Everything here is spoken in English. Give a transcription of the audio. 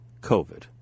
COVID